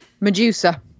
Medusa